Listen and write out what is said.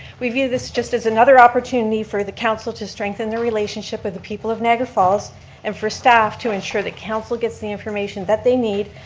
we view this just as another opportunity for the council to strengthen their relationship with the people of niagara falls and for staff to ensure that council gets the information that they need